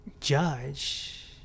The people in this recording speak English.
judge